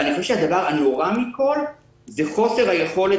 אבל אני חושב שהדבר הנורא מכול הוא חוסר היכולת